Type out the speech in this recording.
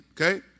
Okay